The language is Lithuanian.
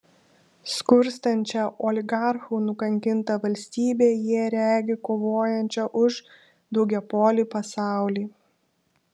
skurstančią oligarchų nukankintą valstybę jie regi kovojančią už daugiapolį pasaulį